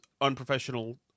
unprofessional